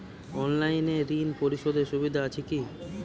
অনলাইনে ঋণ পরিশধের সুবিধা আছে কি?